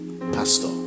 pastor